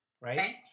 Right